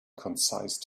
concise